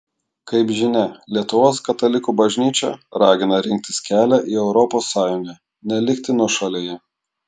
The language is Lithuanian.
kaip žinia lietuvos katalikų bažnyčia ragina rinktis kelią į europos sąjungą nelikti nuošalėje